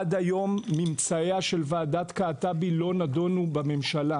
עד היום ממצאיה של ועדת קעטבי לא נדונו בממשלה.